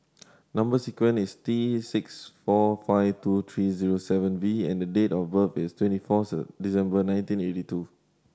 number sequence is T six four five two three zero seven V and date of birth is twenty four December nineteen eighty two